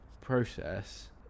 process